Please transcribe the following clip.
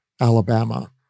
Alabama